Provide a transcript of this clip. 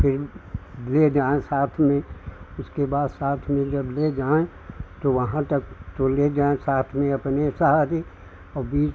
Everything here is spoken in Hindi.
फिर ले जाए साथ में उसके बाद साथ में जब ले जाए तो वहाँ तक तो ले जाएँ साथ में अपने हमेशा आगे और बीच